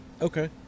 okay